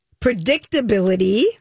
predictability